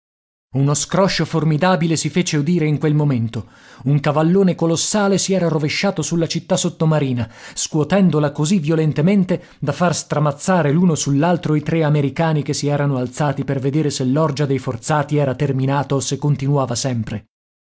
uno scroscio formidabile si fece udire in quel momento un cavallone colossale si era rovesciato sulla città sottomarina scuotendola così violentemente da far stramazzare l'uno sull'altro i tre americani che si erano alzati per vedere se l'orgia dei forzati era terminata o se continuava sempre